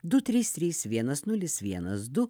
du trys trys vienas nulis vienas du